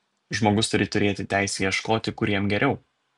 žmogus turi turėti teisę ieškoti kur jam geriau